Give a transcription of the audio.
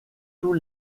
tous